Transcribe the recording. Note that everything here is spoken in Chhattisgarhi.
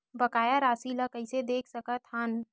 बकाया राशि ला कइसे देख सकत हान?